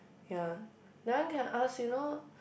ya that one can ask you know